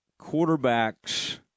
Quarterbacks